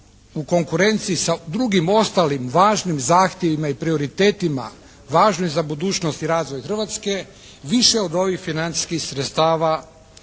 u konkurenciji sa drugim ostalim važnim zahtjevima i prioritetima važno je za budućnost i razvoj Hrvatske više od ovih financijskih sredstava